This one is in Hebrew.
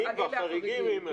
החריגים.